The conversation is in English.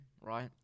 right